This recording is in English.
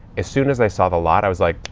as soon as i saw a lot, i was like,